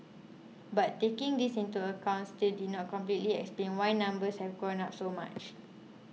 but taking this into account still did not completely explain why numbers have gone up so much